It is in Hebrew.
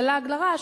זה לעג לרש,